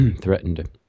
threatened